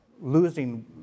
losing